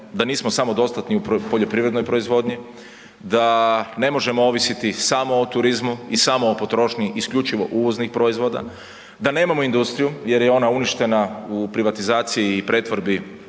da nismo samodostatni u poljoprivrednoj proizvodnji, da ne možemo ovisiti samo o turizmu i samo o potrošnji isključivo uvoznih proizvoda, da nemamo industriju jer je ona uništena u privatizaciji i pretvorbi